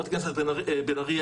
חברת הכנסת בן ארי,